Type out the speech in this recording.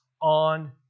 on